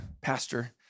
pastor